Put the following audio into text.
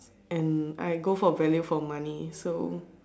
and I go for value for money so